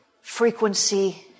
frequency